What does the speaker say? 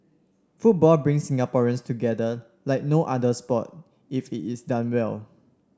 football brings Singaporeans together like no other sport if it is done well